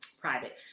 private